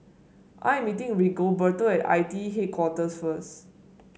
I am meeting Rigoberto at I T E Headquarters first